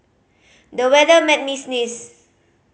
the weather made me sneeze